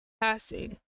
passing